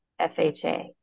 FHA